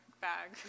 bag